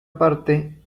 parte